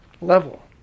level